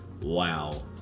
Wow